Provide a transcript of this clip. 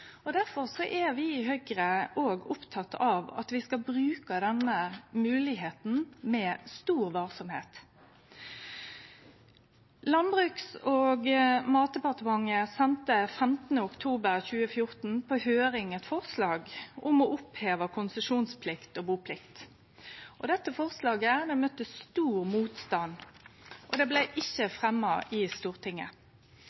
og difor er vi i Høgre opptekne av at vi skal bruke den moglegheita med stor varsemd. Landbruks- og matdepartementet sende 15. oktober 2014 på høyring eit forslag om å oppheve konsesjonsplikt og buplikt. Dette forslaget møtte stor motstand, og det blei ikkje